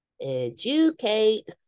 educate